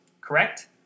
correct